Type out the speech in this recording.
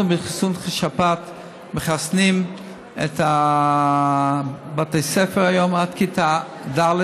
אנחנו בחיסון השפעת מחסנים את בתי הספר היום עד כיתה ד'.